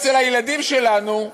אצל הילדים שלנו,